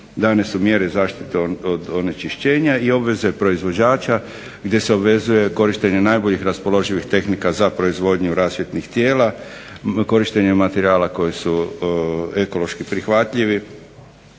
dane su mjere zaštite od onečišćenja, i obveze proizvođača gdje se obvezuje korištenje najboljih raspoloživih tehnika za proizvodnju rasvjetnih tijela, korištenje materijala koji su ekološki prihvatljivi